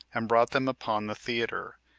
and brought them upon the theater,